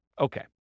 okay